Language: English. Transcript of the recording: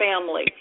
family